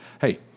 hey